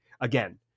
again